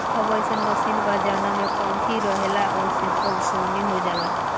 अब अइसन मशीन बा जवना में पंखी रहेला आ ओसे ओसवनी हो जाला